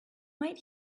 might